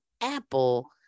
Apple